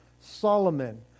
Solomon